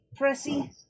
Pressy